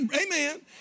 amen